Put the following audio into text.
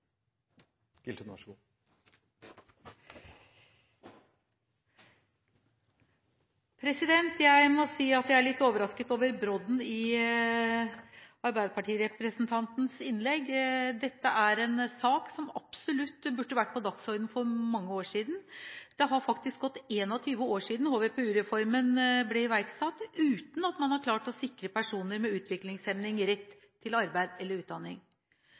levekår. Jeg må si at jeg er litt overrasket over brodden i Arbeiderparti-representantens innlegg. Dette er en sak som absolutt burde vært på dagordenen for mange år siden. Det har faktisk gått 21 år siden HVPU-reformen ble iverksatt, uten at man har klart å sikre personer med utviklingshemning rett til arbeid eller utdanning.